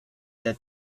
that